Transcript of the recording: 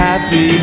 Happy